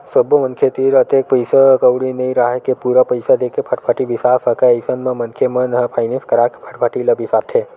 सब्बो मनखे तीर अतेक पइसा कउड़ी नइ राहय के पूरा पइसा देके फटफटी बिसा सकय अइसन म मनखे मन ह फायनेंस करा के फटफटी ल बिसाथे